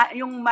yung